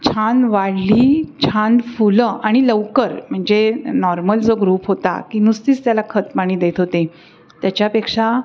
छान वाढली छान फुलं आणि लवकर म्हणजे नॉर्मल जो ग्रुप होता की नुसतीच त्याला खत पाणी देत होते त्याच्यापेक्षा